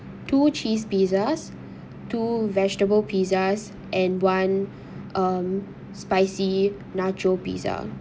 two cheese pizzas two vegetable pizzas and one um spicy nacho pizza